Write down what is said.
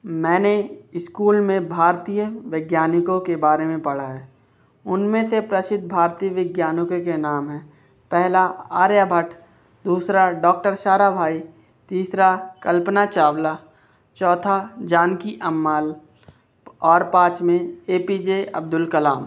मैंने इस्कूल में भारतीय वैज्ञानिकों के बारे में पढ़ा है उनमें से प्रसिद्ध भारतीय विज्ञानोकों के नाम हैं पहला आर्यभट्ट दूसरा डॉक्टर साराभाई तीसरा कल्पना चावला चौथा जानकी अम्मल और पाँचवें A P J Abdul Kalam